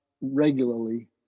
regularly